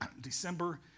December